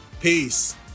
Peace